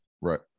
right